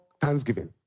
Thanksgiving